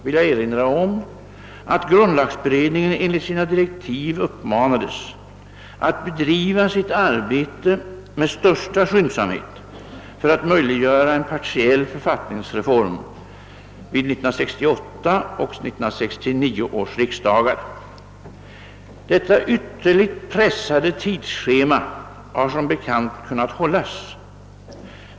vill jag erinra om att grundlagberedningen enligt sina direktiv uppmanades att bedriva sitt arbete med största skyndsamhet för att möjliggöra en partiell författningsreform vid 1968 och. 1969 års riksdagar. Detta ytterligt pressade tidsschema har som bekant kunnat hållas.